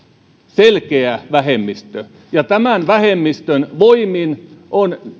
selkeä vähemmistö ja tämän vähemmistön voimin on